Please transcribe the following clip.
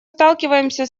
сталкиваемся